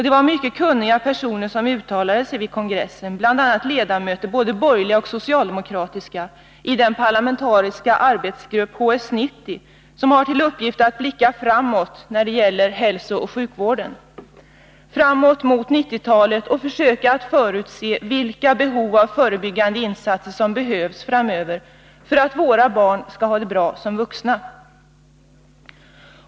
Det var mycket kunniga personer som uttalade sig vid kongressen, bl.a. ledamöter — både borgerliga och socialdemokratiska — i den parlamentariska gruppen HS-90, som har till uppgift att blicka framåt när det gäller hälsooch sjukvården, framåt mot 1990-talet, och försöka förutse vilka förebyggande insatser som behövs framöver för att våra barn skall ha det bra som vuxna.